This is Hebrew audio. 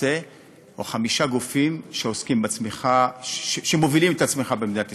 או חמישה גופים שמובילים את הצמיחה במדינת ישראל: